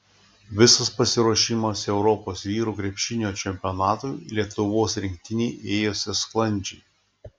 visas pasiruošimas europos vyrų krepšinio čempionatui lietuvos rinktinei ėjosi sklandžiai